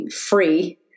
free